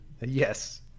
yes